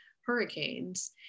hurricanes